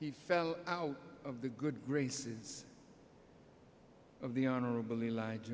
he fell out of the good graces of the honorable elijah